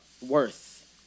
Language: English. worth